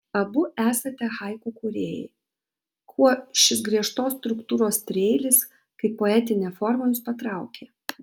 abu esate haiku kūrėjai kuo šis griežtos struktūros trieilis kaip poetinė forma jus patraukė